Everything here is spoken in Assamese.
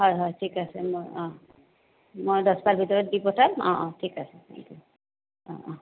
হয় হয় ঠিক আছে মই অঁ মই দহটাৰ ভিতৰত দি পঠাম অঁ অঁ ঠিক আছে থেংক ইউ অঁ অঁ